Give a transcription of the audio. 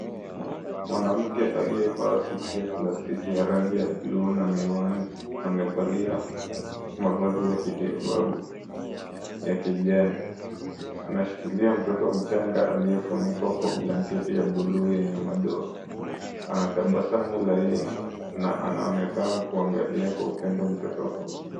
Mwanamke aliyevaa siki ya plastiki ya rangi ya bluu na miwani amevalia mavazi ya kitiubabu ya kijani. Anashikilia mtoto mchanga aliyefunikwa kwa blanketi ya bluu yenye madoa anatabasamu laini na anaonekana kuwaangalia kwa upendo mtoto huyu.